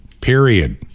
Period